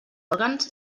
òrgans